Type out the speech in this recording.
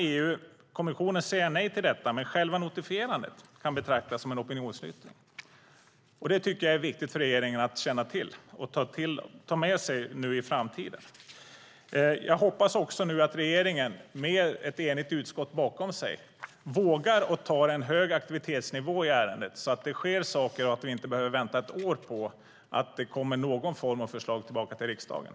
EU-kommissionen kan säga nej till det, men själva notifierandet kan betraktas som en opinionsyttring. Detta är viktigt för regeringen att känna till och ta med sig framöver. Jag hoppas att regeringen med ett enigt utskott bakom sig vågar ha en hög aktivitetsnivå i ärendet så att det sker saker och vi inte behöver vänta ett år på att det kommer någon form av förslag tillbaka till riksdagen.